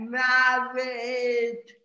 married